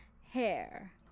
hair